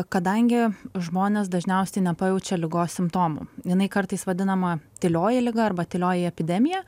kadangi žmonės dažniausiai nepajaučia ligos simptomų jinai kartais vadinama tylioji liga arba tylioji epidemija